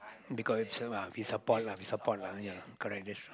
because so ah he support lah he support lah yeah correct that